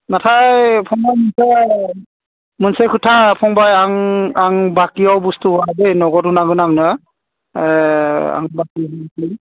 नाथाय फंबाय मोनसे मोनसे खोथा फंबाय आं आं बाखिआव बुस्थु होआ दे नगद होनांगोन आंनो आं बाखि होआ